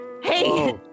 hey